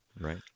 Right